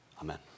Amen